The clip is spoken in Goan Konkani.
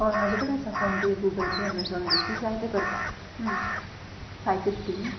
हय म्हाजें कडेन आसा फोनपे गुगलपे अमेझॉन बी कितें जाय तें करता फाय फिफ्टी न्ही